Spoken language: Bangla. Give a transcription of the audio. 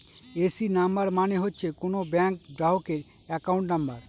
এ.সি নাম্বার মানে হচ্ছে কোনো ব্যাঙ্ক গ্রাহকের একাউন্ট নাম্বার